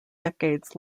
decades